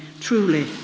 Truly